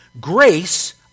grace